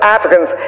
Africans